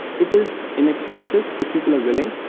it is inexpensive, if people willing.